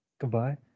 goodbye